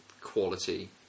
quality